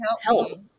help